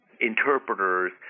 interpreters